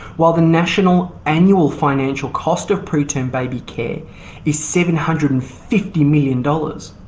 while the national annual financial cost of preterm baby care is seven hundred and fifty million dollars,